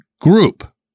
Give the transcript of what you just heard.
group